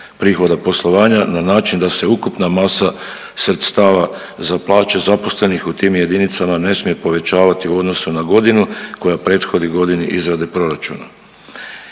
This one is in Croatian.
prihoda poslovanja na način da se ukupna masa sredstava za plaće zaposlenih u tim jedinicama ne smije povećavati u odnosu na godinu koja prethodi godini izrade proračuna.